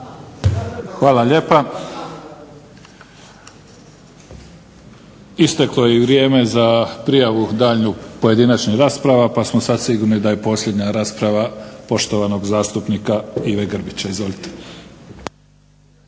Hvala lijepa. Isteklo je i vrijeme za prijavu daljnju pojedinačnih rasprava pa smo sad sigurni da je posljednja rasprava poštovanog zastupnika Ive Grbića. Izvolite.